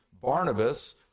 Barnabas